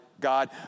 God